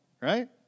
right